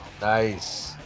Nice